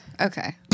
okay